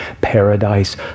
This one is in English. Paradise